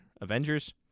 Avengers